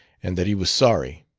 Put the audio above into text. and that he was sorry.